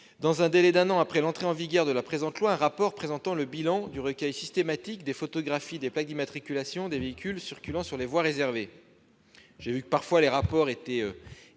dans un délai d'un an après l'entrée en vigueur de la présente loi, un rapport présentant le bilan du recueil systématique des photographies des plaques d'immatriculation des véhicules circulant sur les voies réservées. J'ai entendu que certaines demandes de rapport étaient